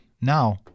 Now